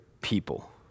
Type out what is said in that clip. people